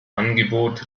angebot